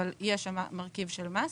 אבל יש שם מרכיב של מס.